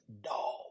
dog